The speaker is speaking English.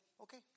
okay